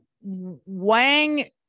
wang